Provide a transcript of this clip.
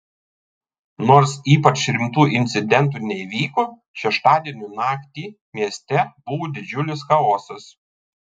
nors ypač rimtų incidentų neįvyko šeštadienio naktį mieste buvo didžiulis chaosas